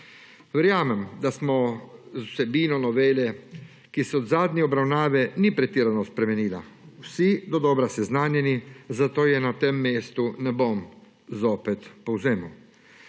Verjamem, da smo z vsebino novele, ki se od zadnje obravnave ni pretirano spremenila, vsi dodobra seznanjeni, zato je na tem mestu ne bom zopet povzemal.